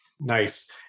Nice